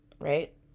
right